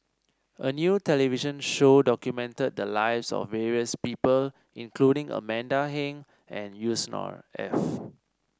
a new television show documented the lives of various people including Amanda Heng and Yusnor Ef